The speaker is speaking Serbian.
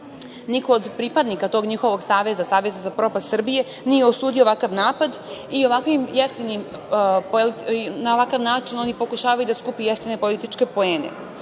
Niko od pripadnika tog njihovog saveza, saveza za propast Srbije, nije osudio ovakav napad. Na ovakav način oni pokušavaju da skupe jeftine političke poene. Ali,